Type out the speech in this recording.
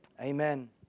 Amen